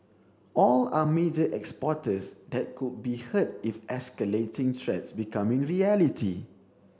all are major exporters that could be hurt if escalating threats become reality